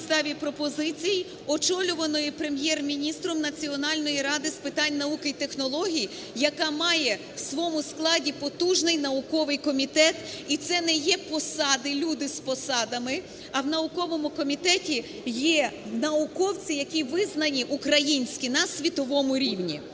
на підставі пропозицій очолюваної Прем'єр-міністром Національної ради з питань науки і технологій, яка має у своєму складі потужний науковий комітет. І це не є посади, люди з посадами, а в науковому комітеті є науковці, які визнані, українські, на світовому рівні.